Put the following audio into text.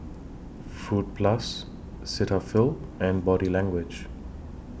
Fruit Plus Cetaphil and Body Language